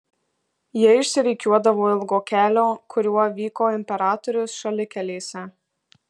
jie išsirikiuodavo ilgo kelio kuriuo vyko imperatorius šalikelėse